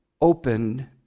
opened